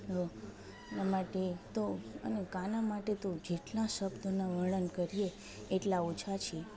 તો એના માટે તો અને કાના માટે તો જેટલા શબ્દના વર્ણન કરીએ એટલા ઓછા છે